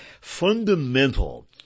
Fundamental